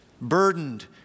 burdened